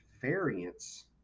variance